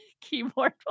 keyboard